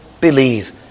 believe